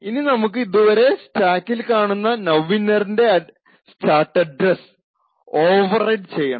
ഇനി നമുക്ക് ഇതുവരെ സ്റ്റാക്കിൽ കാണുന്ന നൌഇന്നറിന്റെ സ്റ്റാർട്ട് അഡ്രസ്സ് ഓവർറൈഡ് ചെയ്യണം